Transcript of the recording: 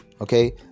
Okay